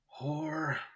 whore